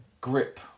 grip